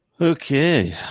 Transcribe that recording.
Okay